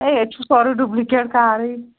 ہے اَتہِ چھُ سورُے ڈُپلِکیٹ کارٕے